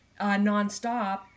nonstop